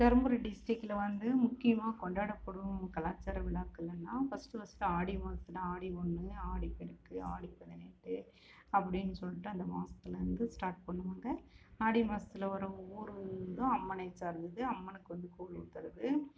தர்மபுரி டிஸ்டிக்கில் வந்து முக்கியமாக கொண்டாடப்படும் கலாச்சார விழாக்கள்னா ஃபர்ஸ்ட்டு ஃபர்ஸ்ட்டு ஆடி மாசத்தில் ஆடி ஒன்று ஆடி பெருக்கு ஆடி பதினெட்டு அப்படினு சொல்லிட்டு அந்த மாசத்தில் வந்து ஸ்டார்ட் பண்ணுவாங்க ஆடி மாசத்தில் வர ஒவ்வொரு இதுவும் அம்மனை சார்ந்தது அம்மனுக்கு வந்து கூழ் ஊத்துவது